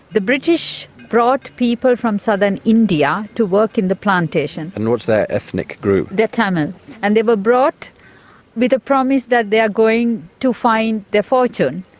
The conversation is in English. the british brought people from southern india to work in the plantations. and what's their ethnic group? they're tamils and they were brought with a promise that they are going to find their fortune.